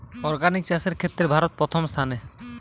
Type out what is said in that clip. organic চাষের ক্ষেত্রে ভারত প্রথম স্থানে